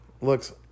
Looks